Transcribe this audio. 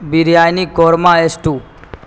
biryani korma stew